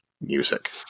music